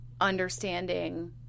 understanding